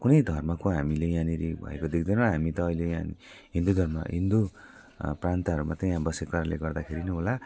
कुनै धर्मको हामीले यहाँनिर भएको देख्दैनौँ हामी त अहिले हिन्दू धर्म हिन्दू प्रान्तहरू मात्रै यहाँ बसेकाले गर्दाखेरि नै होला